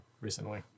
recently